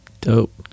Dope